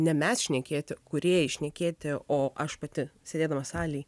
ne mes šnekėti kūrėjai šnekėti o aš pati sėdėdama salėj